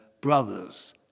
brothers